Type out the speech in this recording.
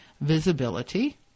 visibility